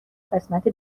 قسمت